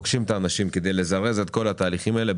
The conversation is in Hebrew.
פוגשים את האנשים כדי לזרז את כל התהליכים הללו.